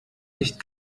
nicht